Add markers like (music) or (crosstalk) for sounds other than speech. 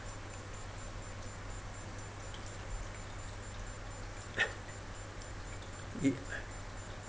(breath) it